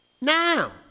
Now